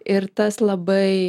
ir tas labai